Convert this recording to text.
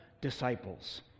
disciples